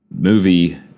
movie